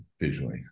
visually